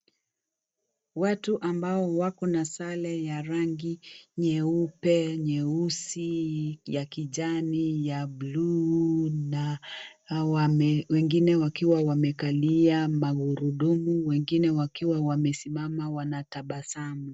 Watu ambao wako na sare ya rangi nyeupe, nyeusi, ya kijani, ya buluu na wengine wakiwa wamekalia magurudumu, wengine wakiwa wamesimama wanatabasamu.